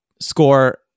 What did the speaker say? score